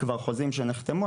חוזים שכבר נחתמו,